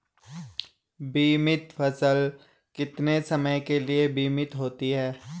बीमित फसल कितने समय के लिए बीमित होती है?